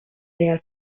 real